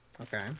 Okay